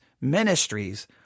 ministries